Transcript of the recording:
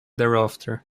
thereafter